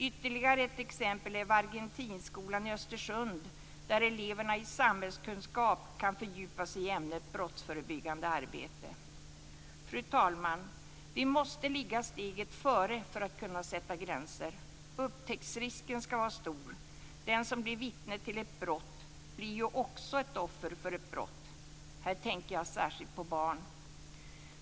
Ytterligare ett exempel är Wargentinskolan i Östersund, där eleverna i samhällskunskap kan fördjupa sig i ämnet brottsförebyggande arbete. Fru talman! Vi måste ligga steget före för att kunna sätta gränser. Upptäcktsrisken ska vara stor. Den som blir vittne till ett brott blir ju också ett offer för ett brott. Här tänker jag särskilt på barnen.